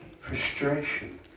frustration